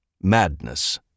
Madness